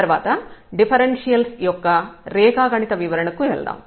తర్వాత డిఫరెన్షియల్స్ యొక్క రేఖాగణిత వివరణకు వెళ్దాం